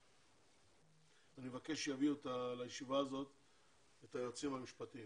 אני מבקש שיביאו לישיבה הזאת את היועצים המשפטיים